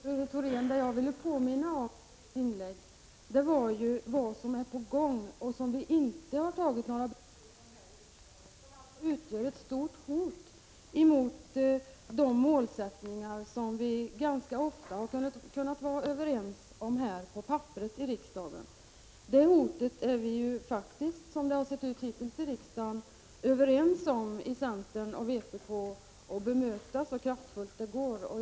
Herr talman! Det jag ville påminna om i mitt inlägg, Rune Thorén, var vad som är på gång och som utgör ett stort hot mot de målsättningar som vi ganska ofta på papperet kunnat vara överens om här i riksdagen. Det hotet är faktiskt, som det sett ut hittills, centern och vpk överens om att möta så kraftfullt som möjligt.